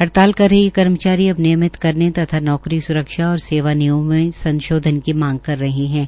हड़ताल कर रहे यह कर्मचारी अब नियमित करने तथा नौकरी सुरक्षा और सेवा नियमों में संशोधन की मांग कर रहे हण